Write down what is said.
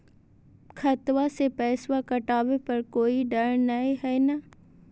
खतबा से पैसबा कटाबे पर कोइ डर नय हय ना?